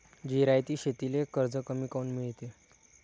जिरायती शेतीले कर्ज कमी काऊन मिळते?